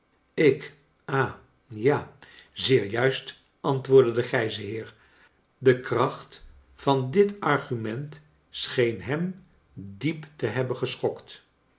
ik ha ja zeer juist autwoordde de grijze heer de kracht van dit argument seheen hem diep te hebben geschokt